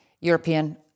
European